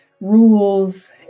rules